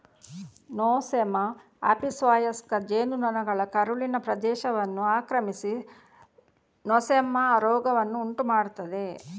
Nosema ಆಪಿಸ್ವಯಸ್ಕ ಜೇನು ನೊಣಗಳ ಕರುಳಿನ ಪ್ರದೇಶವನ್ನು ಆಕ್ರಮಿಸಿ ನೊಸೆಮಾ ರೋಗವನ್ನು ಉಂಟು ಮಾಡ್ತದೆ